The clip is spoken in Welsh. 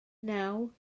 naw